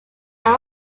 are